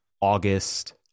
August